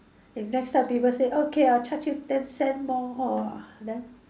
if next time people say okay I'll charge you ten cent more then